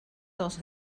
dels